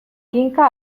kinka